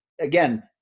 again